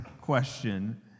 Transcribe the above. question